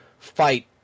fight